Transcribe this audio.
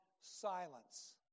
silence